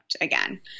again